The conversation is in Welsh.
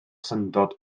syndod